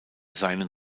seinen